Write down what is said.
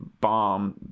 bomb